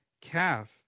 calf